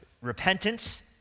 repentance